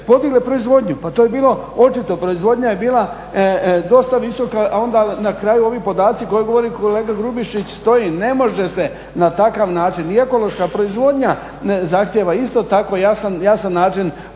podigle proizvodnju. Pa to je bilo očito, proizvodnja je bila dosta visoka, a onda na kraju ovi podaci koje govori kolega Grubišić stoji ne može se na takav način. I ekološka proizvodnja zahtijeva isto tako jasan način podupiranja.